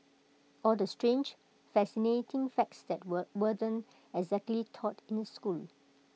all the strange fascinating facts that weren't exactly taught in school